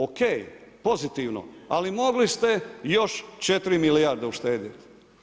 O.k. pozitivno, ali mogli ste još 4 milijarde uštediti.